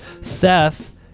seth